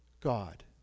God